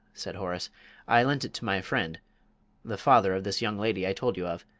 said horace i lent it to my friend the father of this young lady i told you of.